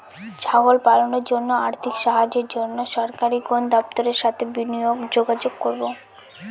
ছাগল পালনের জন্য আর্থিক সাহায্যের জন্য সরকারি কোন দপ্তরের সাথে যোগাযোগ করব?